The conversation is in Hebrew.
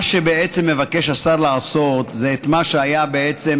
מה שבעצם השר מבקש לעשות זה מה שהיה בעצם